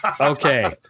Okay